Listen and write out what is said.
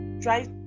try